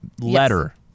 letter